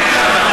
כן.